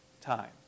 time